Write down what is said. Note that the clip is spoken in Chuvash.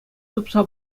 тупса